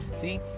See